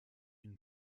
une